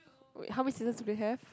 wait how many seasons do they have